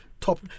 top